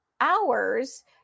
hours